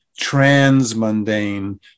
transmundane